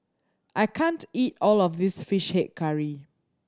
I can't eat all of this Fish Head Curry